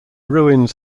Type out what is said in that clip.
ruins